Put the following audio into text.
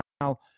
now